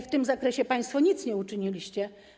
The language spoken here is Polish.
W tym zakresie państwo nic nie uczyniliście.